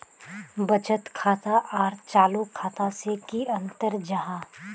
बचत खाता आर चालू खाता से की अंतर जाहा?